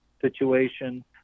situation